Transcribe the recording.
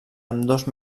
ambdós